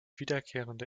wiederkehrende